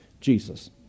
Jesus